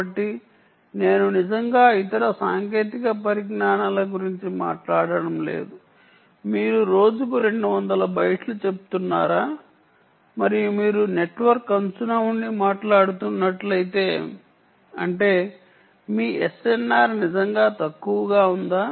కాబట్టి నేను నిజంగా ఇతర సాంకేతిక పరిజ్ఞానాల గురించి మాట్లాడటం లేదు మీరు రోజుకు 200 బైట్లు చెప్తున్నారా మరియు మీరు ఎడ్జ్ నెట్వర్క్ నుండి మాట్లాడుతున్నట్లయితే అంటే మీ SNR నిజంగా తక్కువగా ఉంది